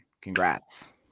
Congrats